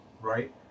right